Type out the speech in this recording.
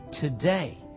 today